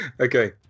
Okay